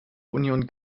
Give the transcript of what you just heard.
union